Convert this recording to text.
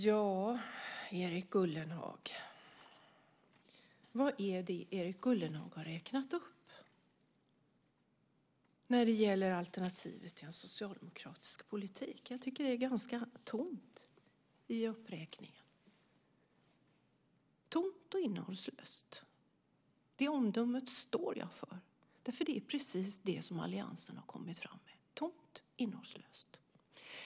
Fru talman! Vad är det Erik Ullenhag har räknat upp som alternativ till en socialdemokratisk politik? Jag tycker att det är ganska tomt i uppräkningen. Det är tomt och innehållslöst. Det omdömet står jag för. Det är precis det som alliansen har kommit fram med. Det är tomt och innehållslöst.